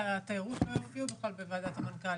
התיירות לא הופיעו בכלל בוועדת המנכ"לים.